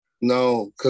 no